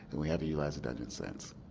and we haven't utilized it and it since.